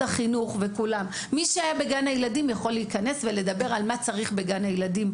יכול להיכנס ולדבר על מה שצריך בגני הילדים,